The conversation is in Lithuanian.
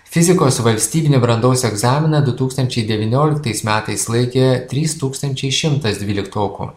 fizikos valstybinį brandos egzaminą du tūkstančiai devynioliktais metais laikė trys tūkstančiai šimtas dvyliktokų